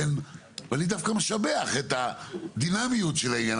אני דווקא משבח את הדינמיות של העניין.